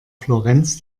florenz